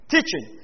Teaching